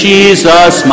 Jesus